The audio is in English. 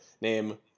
Name